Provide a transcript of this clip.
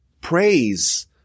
praise